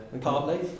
partly